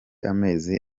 amezi